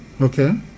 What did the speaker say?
Okay